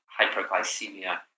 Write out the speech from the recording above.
hyperglycemia